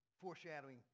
foreshadowing